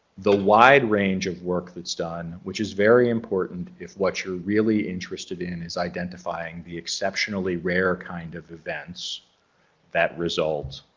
the wide range of work that's done which is very important if what you're really interested in is identifying the exceptionally rare kind of events that result